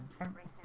hundred